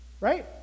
Right